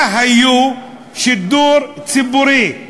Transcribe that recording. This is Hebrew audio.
היה היה שידור ציבורי,